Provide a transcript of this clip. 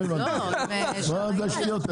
לא הבנתי.